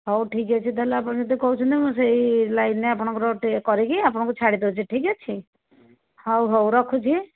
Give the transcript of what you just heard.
ହେଉ ଠିକ ଅଛି ତାହେଲେ ଆପଣ ଯଦି କହୁଛନ୍ତି ମୁଁ ସେଇ ଲାଇନରେ ଆପଣଙ୍କର କରିକି ଆପଣଙ୍କୁ ଛାଡ଼ି ଦେଉଛି ଠିକ ଅଛି ହେଉ ହେଉ ରଖୁଛି